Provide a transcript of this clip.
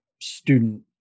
student